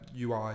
UI